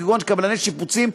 כגון קבלני שיפוצים,